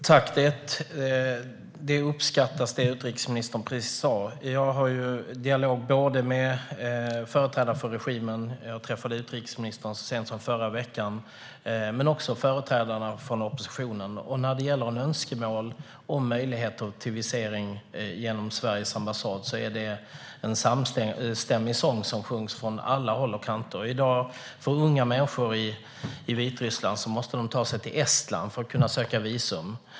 Herr talman! Det som utrikesministern precis sa uppskattas. Jag för dialog med företrädare för regimen - jag träffade utrikesministern så sent som i förra veckan - men också med företrädarna för oppositionen. När det gäller önskemål om möjlighet till visering genom Sveriges ambassad är det en samstämmig sång som sjungs från alla håll och kanter. I dag måste unga människor i Vitryssland ta sig till Estland för att kunna söka visum.